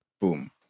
boom